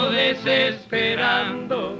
desesperando